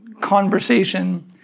conversation